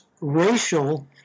racial